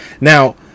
Now